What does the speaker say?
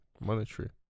monetary